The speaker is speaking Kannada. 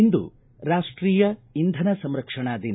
ಇಂದು ರಾಷ್ಟೀಯ ಇಂಧನ ಸಂರಕ್ಷಣಾ ದಿನ